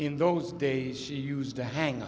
in those days she used to hang